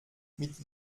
mit